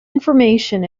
information